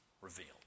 revealed